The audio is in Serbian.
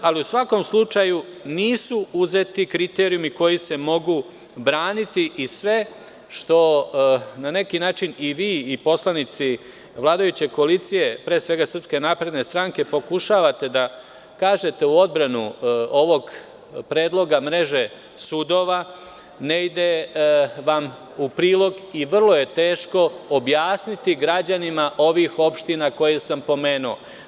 Ali, u svakom slučaju, nisu uzeti kriterijumi koji se mogu braniti i sve što na neki način i vi i poslanici vladajuće koalicije, pre svega SNS, pokušavate da kažete u odbranu ovog predloga mreže sudova, ne ide vam u prilog i vrlo je teško objasniti građanima ovih opština koje sam pomenuo.